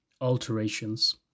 alterations